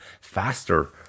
faster